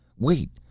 wait!